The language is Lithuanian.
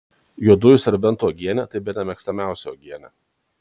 juodųjų serbentų uogienė tai bene mėgstamiausia uogienė